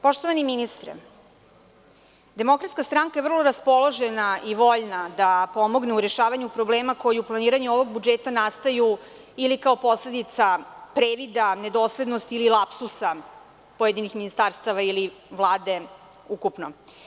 Poštovani ministre, DS je vrlo raspoložena i voljna da pomogne u rešavanju problema koji u planiranju ovog budžeta nastaju ili kao posledica previda, nedoslednosti ili lapsusa pojedinih ministarstava ili Vlade ukupno.